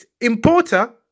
importer